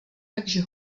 takže